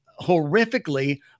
horrifically